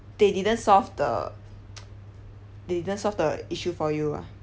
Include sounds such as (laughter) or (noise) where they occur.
they didn't solve the (noise) they didn't solve the issue for you ah